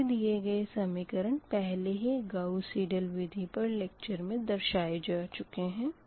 आगे दिए गए समीकरण पहले ही गाउस सीडल विधि पर लेक्चर मे दर्शाए जा चुके है